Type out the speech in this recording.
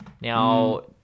Now